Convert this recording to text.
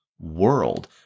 world